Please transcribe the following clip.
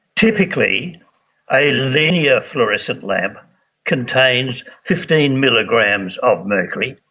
typically a linear fluorescent lamp contains fifteen milligrams of mercury,